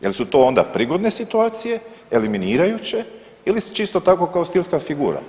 Jel su to onda prigodne situacije, eliminirajuće ili su čisto tako kao stilska figura?